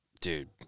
dude